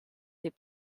des